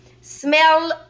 Smell